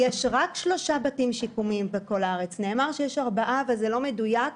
יש רק שלושה בתים שיקומיים בכל הארץ - נאמר שיש ארבעה אבל זה לא מדויק: